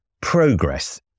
progress